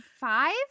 Five